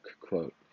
quote